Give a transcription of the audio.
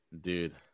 dude